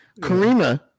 karima